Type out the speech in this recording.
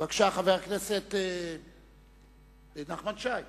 בבקשה, חבר הכנסת נחמן שי.